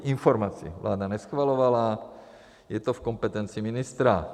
Informaci vláda neschvalovala, je to v kompetenci ministra.